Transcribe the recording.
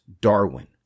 Darwin